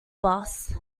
boss